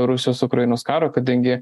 rusijos ukrainos karo kadangi